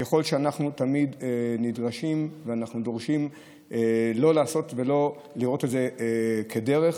ככל שאנחנו תמיד נדרשים ודורשים לא לעשות ולא לראות את זה כדרך,